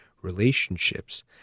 relationships